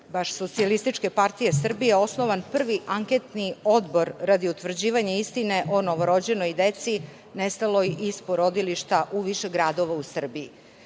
poslaničke grupe, baš SPS, osnovan prvi Anketni odbor radi utvrđivanja istine o novorođenoj deci nestaloj iz porodilišta u više gradova u Srbiji.